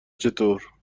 چطور